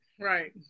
right